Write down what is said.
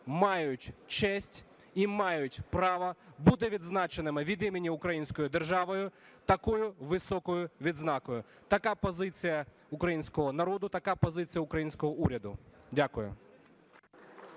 мають честь і мають право бути відзначеними від імені української держави такою високою відзнакою. Така позиція українського народу, така позиція українського уряду. Дякую.